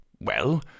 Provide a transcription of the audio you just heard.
Well